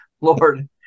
Lord